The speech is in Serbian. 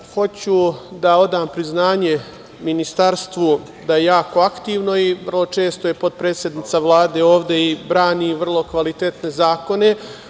Hoću da odam priznanje ministarstvu da je jako aktivno i vrlo često je potpredsednica Vlade ovde i brani vrlo kvalitetne zakone.